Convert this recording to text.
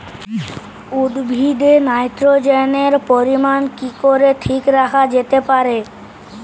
উদ্ভিদে নাইট্রোজেনের পরিমাণ কি করে ঠিক রাখা যেতে পারে?